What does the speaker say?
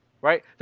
Right